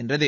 வென்றது